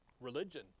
Religion